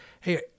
hey